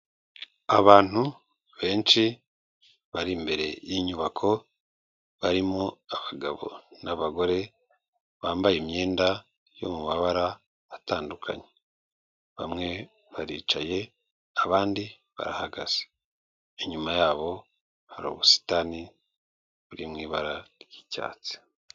Abantu benshi bari imbere y'inyubako, barimo abagabo n'abagore, bambaye imyenda iri mu mabara atandukanye, bamwe baricaye abandi barahagaze, inyuma yabo hari ubusitani buri mu ibara ry'icyatsi.